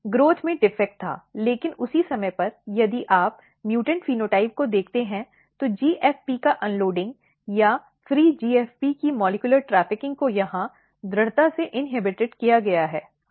growth में defect था लेकिन उसी समय पर यदि आप उत्परिवर्ती फेनोटाइप को देखते हैं तो GFP का अनलोडिंग या फ्री GFP की मॉलिक्युलर् ट्रैफिकिंग को यहां दृढ़ता से इन्हेबिटेड किया गया था